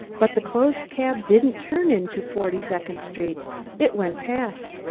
but the closed cab didn't turn into forty-second street it went past,